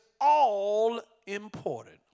all-important